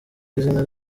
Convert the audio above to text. izina